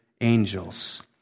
angels